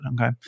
Okay